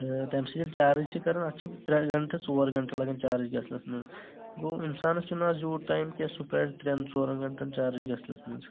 تہٕ تمہِ سۭتۍ ییٚلہِ چارٕج چھِ کران اتھ چھِ ترٛےٚ گنٛٹہٕ ژور گنٛٹہٕ لگان چارٕج گژھنس منٛز گوٚو انسانس چھُنہٕ آز یوٗت ٹایِم کینٛہہ سُہ پرارِ ترٛٮ۪ن ژورن گنٛٹن چارٕج گژھنس منٛز